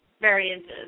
variances